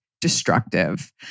destructive